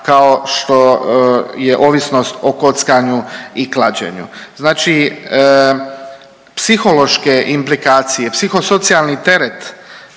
kao što je ovisnost o kockanju i klađenju. Znači psihološke implikacije, psihosocijalni teret